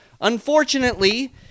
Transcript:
Unfortunately